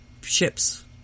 ships